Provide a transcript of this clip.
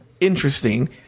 interesting